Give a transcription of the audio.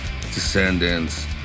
descendants